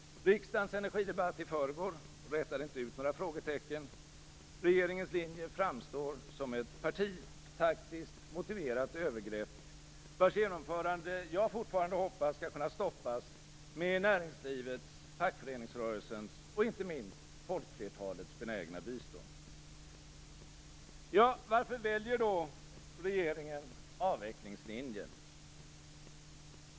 Riksdagens energidebatt i förrgår rätade inte ut några frågetecken. Regeringens linje framstår som ett partitaktiskt motiverat övergrepp, vars genomförande jag fortfarande hoppas skall kunna stoppas med näringslivets, fackföreningsrörelsens och - inte minst - folkflertalets benägna bistånd. Varför väljer regeringen avvecklingslinjen?